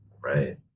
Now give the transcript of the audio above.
Right